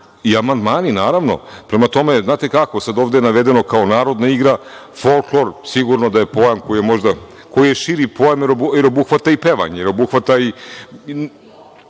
amandmani, naravno. Prema tome, znate kako, sada je ovde navedeno kao narodna igra, folklor, sigurno da je pojam koji je širi pojam jer obuhvata i pevanje, jer obuhvata i